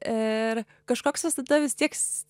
ir kažkoks visada vis tiek